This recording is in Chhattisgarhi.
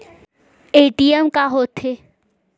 ए.टी.एम का होथे?